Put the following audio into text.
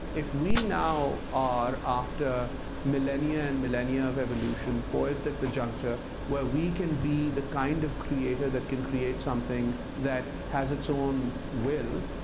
if we now are after millennia and millennia of evolution poised at the juncture where we can be the kind of creator that can create something that has its own will,